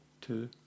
Two